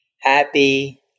happy